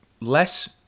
less